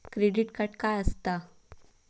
Credit card काय असता?